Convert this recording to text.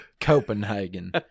Copenhagen